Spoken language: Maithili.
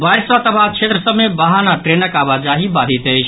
बाढ़ि सँ तबाह क्षेत्र सभ मे वाहन आ ट्रेनक आवाजाही बाधित अछि